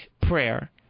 prayer